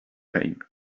pain